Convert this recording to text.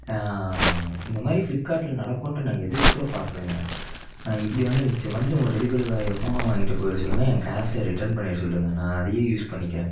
இந்த மாதிரி ஃப்ளிப்கார்ட்டில் நடக்குதுன்ட்டு நான் எதிர்க்கூட பார்க்கலேங்க இப்படி வந்துடுந்ச்சு வந்து உங்கள் டெலிவரி பாயை ஃபோனை வாங்கிட்டு போயிவிட சொல்லுங்க என் காசை ரிட்டர்ன் பண்ணிவிட சொல்லுங்க நான் அதையே யூஸ் பண்ணிக்கிறேன்